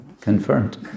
confirmed